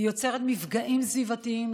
היא יוצרת מפגעים סביבתיים,